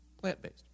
plant-based